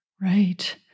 Right